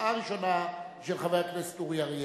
ההצעה הראשונה היא של חבר הכנסת אורי אריאל,